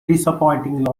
disappointing